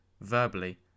verbally